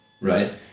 Right